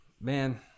Man